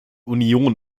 union